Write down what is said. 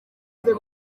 ngiye